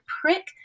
prick